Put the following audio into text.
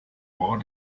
war